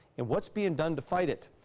and what's being done to fight it.